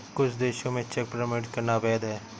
कुछ देशों में चेक प्रमाणित करना अवैध है